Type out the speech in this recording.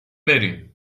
بریم